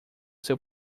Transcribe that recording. seu